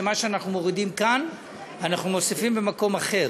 שמה שאנחנו מורידים כאן אנחנו מוסיפים במקום אחר.